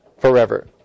forever